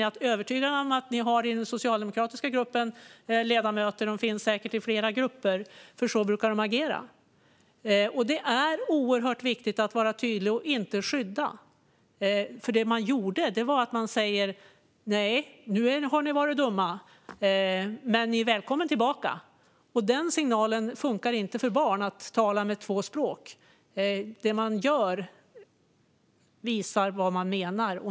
Jag är övertygad om att ni i den socialdemokratiska gruppen har ledamöter. De finns säkert i flera grupper, för så brukar de agera. Det är oerhört viktigt att vara tydlig och inte skydda. Det man gjorde var nämligen att man sa: Nej, nu har ni varit dumma, men ni är välkomna tillbaka. Den signalen, att tala med två språk, funkar inte när det gäller barn. Det man gör visar vad man menar.